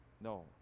No